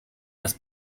las